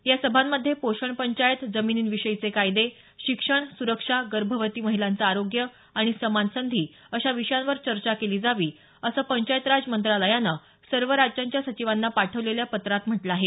या सभांमध्ये पोषणपंचायत जमिनींविषयीचे कायदे शिक्षण सुरक्षा गर्भवती महिलांचं आरोग्य आणि समान संधी अशा विषयांवर चर्चा केली जावी असं पंचायत राज मंत्रालयानं सर्व राज्यांच्या सचिवांना पाठवलेल्या पत्रात म्हटलं आहे